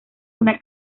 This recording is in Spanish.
una